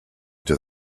into